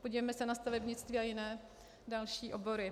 Podívejme se na stavebnictví a jiné další obory.